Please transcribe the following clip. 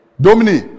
Domini